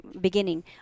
beginning